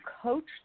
coach